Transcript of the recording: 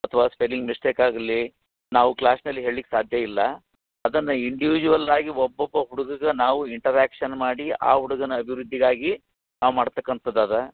ಅಥವಾ spelling mistake ಆಗಲೀ ನಾವು ಕ್ಲಾಸಿನಲ್ಲಿ ಹೇಳ್ಲಿಕ್ಕೆ ಸಾಧ್ಯ ಇಲ್ಲ ಅದನ್ನು ಇಂಡಿವಿಜುವಲ್ ಆಗಿ ಒಬ್ಬೊಬ್ಬ ಹುಡ್ಗಗೆ ನಾವು ಇಂಟರ್ಯಾಕ್ಷನ್ ಮಾಡಿ ಆ ಹುಡುಗನ ಅಭಿವೃದ್ಧಿಗಾಗಿ ನಾವು ಮಾಡ್ತಕ್ಕಂಥದ್ದು ಅದಾ